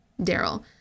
Daryl